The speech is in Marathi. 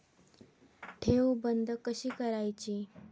ठेव बंद कशी करायची?